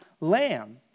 lamb